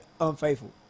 unfaithful